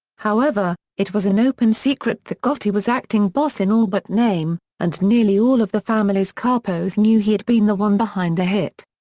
however, it was an open secret that gotti was acting boss in all but name, and nearly all of the family's capos knew he'd been the one behind the hit.